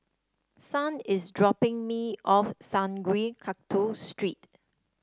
Son is dropping me off Sungei Kadut Street